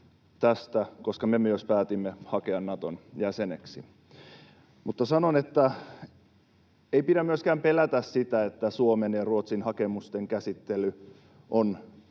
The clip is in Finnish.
koska me myös päätimme hakea Naton jäseneksi. Mutta sanon, että ei pidä myöskään pelätä sitä, että Suomen ja Ruotsin hakemusten käsittely on